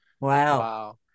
Wow